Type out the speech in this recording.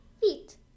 feet